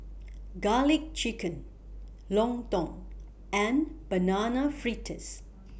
Garlic Chicken Lontong and Banana Fritters